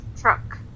truck